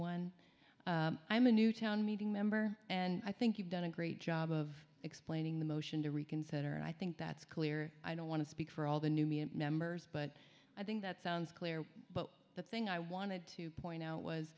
one i'm a new town meeting member and i think you've done a great job of explaining the motion to reconsider and i think that's clear i don't want to speak for all the new members but i think that sounds clear but the thing i wanted to point out was